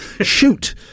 shoot